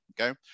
okay